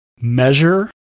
Measure